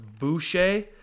Boucher